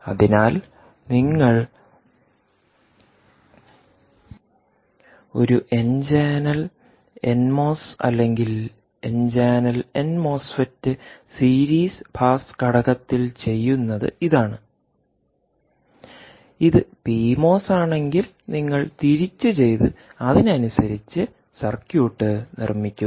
അതിനാൽ നിങ്ങൾ ഒരു എൻചാനൽ എൻ മോസ് NMOS അല്ലെങ്കിൽ N channel N MOSFET series pass ഘടകത്തിൽ ചെയ്യുന്നത് ഇതാണ് ഇത് പി മോസ് ആണെങ്കിൽ നിങ്ങൾ തിരിച്ച് ചെയ്ത് അതിനനുസരിച്ച് സർക്യൂട്ട് നിർമ്മിക്കുക